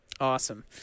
Awesome